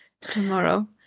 tomorrow